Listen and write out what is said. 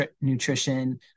nutrition